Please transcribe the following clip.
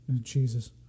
Jesus